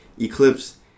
Eclipse